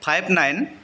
five nine